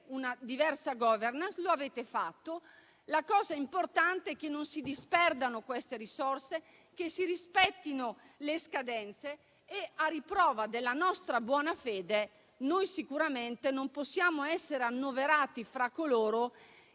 una diversa *governance*. Lo avete fatto. La cosa importante è che non si disperdano queste risorse, che si rispettino le scadenze. E, a riprova della nostra buona fede, sicuramente non possiamo essere annoverati fra coloro